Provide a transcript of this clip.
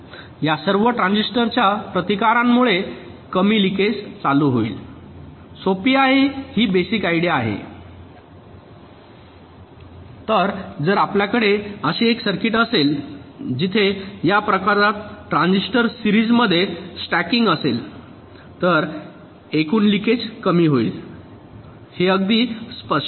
या सर्व ट्रांजिस्टरच्या प्रतिकारांमुळे कमी लिकेज चालू होईल सोपी अशी ही बेसिक आयडिया आहे तर जर आपल्याकडे अशी एक सर्किट असेल जिथे या प्रकारात ट्रांझिस्टरसिरीज मध्ये स्टॅकिंग असेल तर एकूण लिकेज कमी होईल हे अगदी स्पष्ट आहे